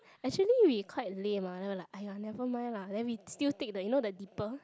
actually we quite lame ah then we're like !aiya! never mind lah then we still take the you know the dipper